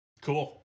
Cool